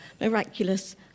miraculous